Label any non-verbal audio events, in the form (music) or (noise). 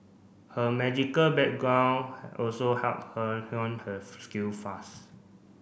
her magical background also helped her (unintelligible) her skill fast